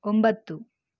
ಒಂಬತ್ತು